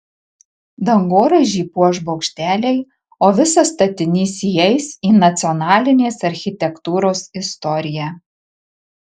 dangoraižį puoš bokšteliai o visas statinys įeis į nacionalinės architektūros istoriją